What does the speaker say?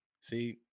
see